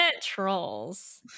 trolls